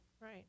right